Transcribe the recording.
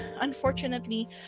unfortunately